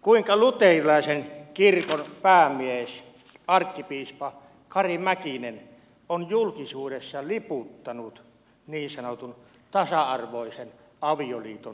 kuinka luterilaisen kirkon päämies arkkipiispa kari mäkinen on julkisuudessa liputtanut niin sanotun tasa arvoisen avioliiton puolesta